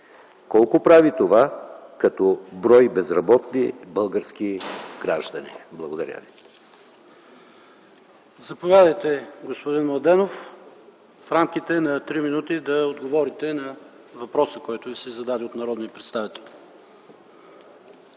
Колко прави това като брой безработни български граждани? Благодаря ви. ПРЕДСЕДАТЕЛ ПАВЕЛ ШОПОВ: Заповядайте, господин Младенов, в рамките на три минути да отговорите на въпроса, който Ви се зададе от народния представител.